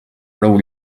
prou